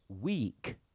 week